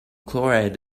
chloride